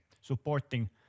supporting